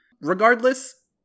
Regardless